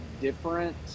different